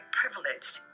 privileged